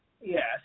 yes